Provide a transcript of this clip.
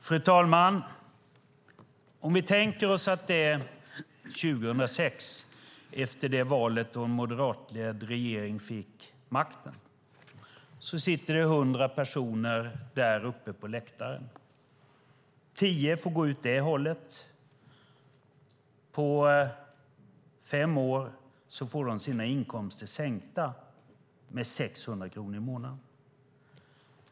Fru talman! Låt oss tänka att det är 2006 efter valet då en moderatledd regering fick makten. Det sitter hundra personer på läktaren. Tio får gå ut åt vänster, och på fem år får de sina inkomster sänkta med 600 kronor i månaden.